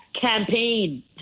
campaign